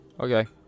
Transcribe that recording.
Okay